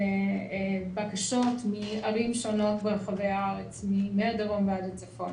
בקשות מערים שונות ברחבי הארץ, מהדרום ועד הצפון.